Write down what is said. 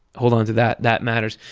hold onto that. that matters.